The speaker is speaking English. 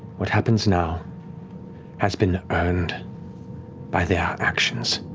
what happens now has been earned by their actions